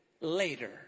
later